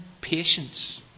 patience